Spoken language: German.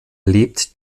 lebt